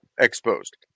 Exposed